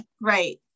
Right